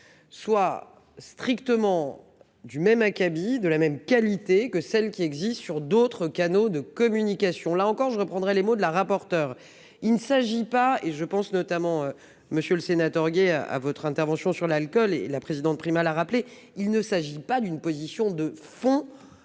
soient strictement du même acabit. De la même qualité que celles qui existent sur d'autres canaux de communication là encore je reprendrai les mots de la rapporteure. Il ne s'agit pas, et je pense notamment monsieur le sénateur Gay à votre intervention sur l'alcool et la présidente Prima la rappeler. Il ne s'agit pas d'une position de fond